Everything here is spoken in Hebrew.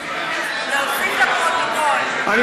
להוסיף לפרוטוקול.